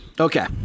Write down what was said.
Okay